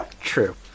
True